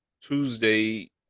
Tuesday